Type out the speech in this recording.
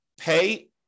pay